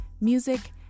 music